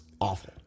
awful